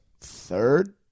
third